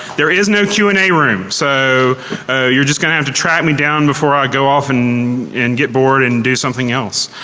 there is no q and a room. so you are just going to have to track me down before i go off and and get bored and do something else.